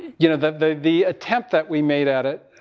you know, the, the, the attempt that we made at it,